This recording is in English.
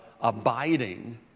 abiding